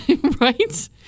Right